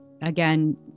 again